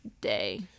day